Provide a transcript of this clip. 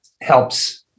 helps